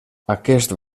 aquest